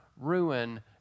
ruin